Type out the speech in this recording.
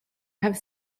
have